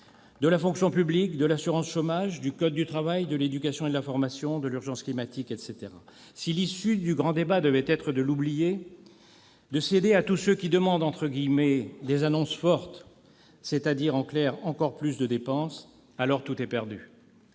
de la fonctionpublique, de l'assurance chômage, du code dutravail, de l'éducation et de la formation, urgenceclimatique, etc. Si l'issue du grand débat devaitêtre de l'oublier, de céder à tous ceux qui demandent « des annonces fortes », c'est-à-dire, en clair, encore plus de dépenses, alors tout estperdu.